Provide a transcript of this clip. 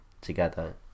together